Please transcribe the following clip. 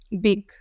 big